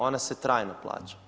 Ona se trajno plaća.